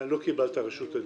לא קיבלת את רשות הדיבור.